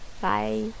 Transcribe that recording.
Bye